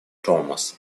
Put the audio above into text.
thomas